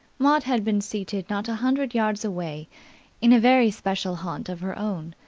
maud had been seated not a hundred yards away in a very special haunt of her own,